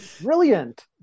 Brilliant